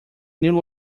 new